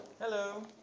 Hello